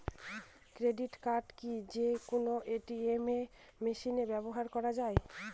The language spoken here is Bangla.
ক্রেডিট কার্ড কি যে কোনো এ.টি.এম মেশিনে ব্যবহার করা য়ায়?